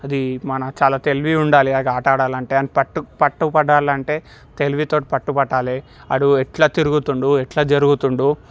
అది మన చాలా తెలివి ఉండాలి ఆ ఆట ఆడాలంటే పట్టు పట్టు పట్టాలంటే తెలివితోటి పట్టుబట్టాలె ఆడు ఎట్ల తిరుగుతుండు ఎట్ల జరుగుతుండు